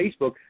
Facebook